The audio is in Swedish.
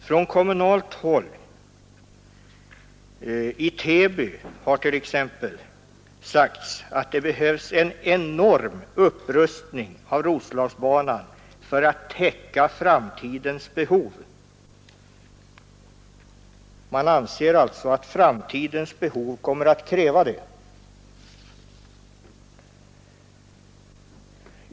Man har t.ex. från kommunalt håll i Täby sagt att det behövs en enorm upprustning av Roslagsbanan för att täcka framtidens behov. Man anser alltså att framtidens behov kommer att kräva det.